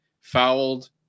fouled